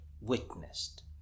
witnessed